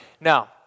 Now